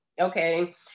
okay